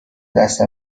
دست